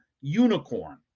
unicorn